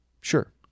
Sure